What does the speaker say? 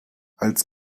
als